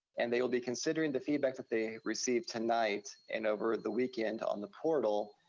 and they will be considering the feedback that they receive tonight and over the weekend on the portal,